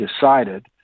decided